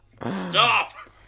stop